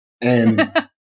and-